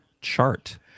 chart